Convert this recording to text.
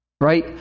Right